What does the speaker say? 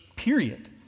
period